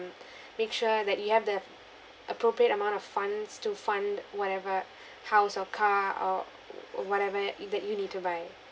make sure that you have the appropriate amount of funds to fund whatever house or car or or whatever that you need to buy